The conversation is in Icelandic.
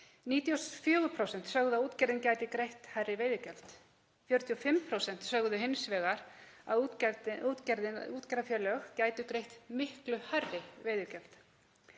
94% sögðu að útgerðin gæti greitt hærri veiðigjöld. 45% sögðu hins vegar að útgerðarfélög gætu greitt miklu hærri veiðigjöld.